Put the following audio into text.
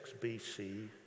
BC